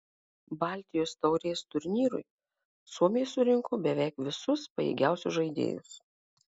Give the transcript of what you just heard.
baltijos taurės turnyrui suomiai surinko beveik visus pajėgiausius žaidėjus